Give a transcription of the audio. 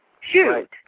shoot